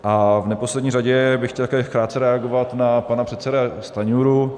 A v neposlední řadě bych chtěl krátce reagovat na pana předsedu Stanjuru.